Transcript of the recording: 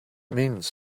means